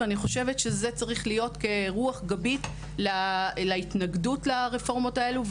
ואני חושבת שזה צריך להיות רוח גבית להתנגדות לרפורמות האלו,